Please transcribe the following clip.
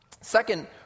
Second